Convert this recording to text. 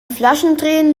flaschendrehen